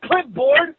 clipboard